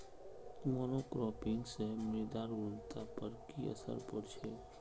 monocropping स मृदार गुणवत्ता पर की असर पोर छेक